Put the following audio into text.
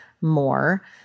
more